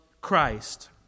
Christ